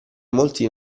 molti